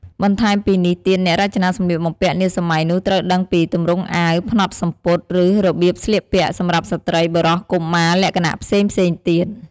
បន្ថែមពីនេះទៀតអ្នករចនាសម្លៀកបំពាក់នាសម័យនោះត្រូវដឹងពី ទម្រង់អាវ ផ្នត់សំពត់ ឬរបៀបស្លៀកពាក់សម្រាប់ស្រ្តី បុរស កុមារ លក្ខណៈផ្សេងៗទៀត ។